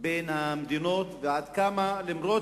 בין המדינות ועד כמה, למרות